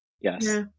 Yes